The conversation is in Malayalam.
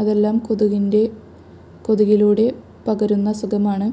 അതെല്ലാം കൊതുകിന്റെ കൊതുകിലൂടെ പകരുന്ന അസുഖമാണ്